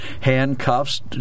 handcuffs